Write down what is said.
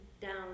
down